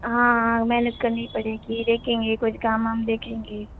हाँ हाँ मेहनत करनी पड़ेगी देखेंगे कुछ काम वाम देखेंगे